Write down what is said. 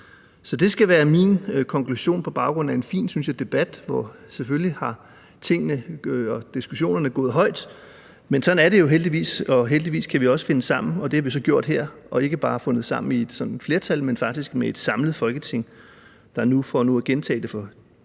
Så det skal være min konklusion på baggrund af en, synes jeg, fin debat, hvor tingene, diskussionerne, selvfølgelig er gået højt, men sådan er det jo heldigvis, og heldigvis kan vi også finde sammen. Det har vi så gjort her, og vi har ikke bare fundet sammen i sådan et flertal, men faktisk med et samlet Folketing, der nu – for nu at gentage det for